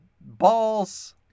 balls